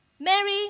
Mary